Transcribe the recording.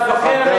חבר הכנסת